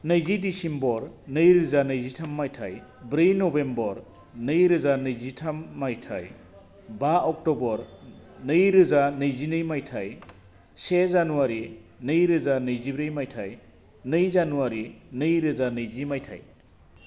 नैजि डिसेम्बर नैरोजा नैजिथाम मायथाइ ब्रै नभेम्बर नैरोजा नैजिथाम मायथाइ बा अक्ट'बर नैरोजा नैजिनै मायथाइ से जानुवारि नैरोजा नैजिब्रै मायथाइ नै जानुवारि नैरोजा नैजि मायथाइ